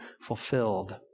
fulfilled